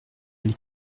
les